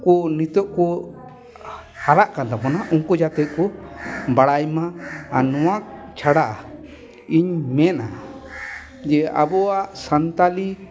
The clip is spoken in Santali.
ᱱᱤᱛᱚᱜ ᱠᱚ ᱦᱟᱨᱟᱜ ᱠᱟᱱ ᱛᱟᱵᱚᱱᱟ ᱩᱱᱠᱩ ᱡᱟᱛᱮ ᱠᱚ ᱵᱟᱲᱟᱭ ᱢᱟ ᱟᱨ ᱱᱚᱣᱟ ᱪᱷᱟᱲᱟ ᱤᱧ ᱢᱮᱱᱟ ᱡᱮ ᱟᱵᱚᱣᱟᱜ ᱥᱟᱱᱛᱟᱲᱤ